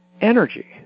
energy